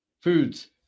Foods